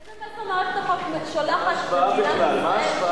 איזה מסר מערכת החוק שולחת למדינת ישראל,